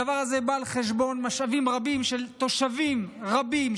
הדבר הזה בא על חשבון משאבים רבים של תושבים רבים,